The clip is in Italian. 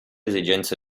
esigenze